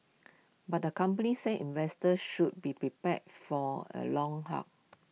but the company said investors should be prepared for A long haul